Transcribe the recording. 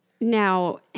Now